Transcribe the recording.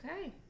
okay